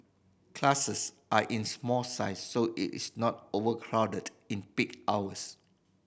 classes are in small size so it is not overcrowded in peak hours